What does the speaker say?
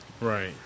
Right